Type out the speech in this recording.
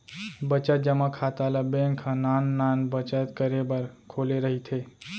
बचत जमा खाता ल बेंक ह नान नान बचत करे बर खोले रहिथे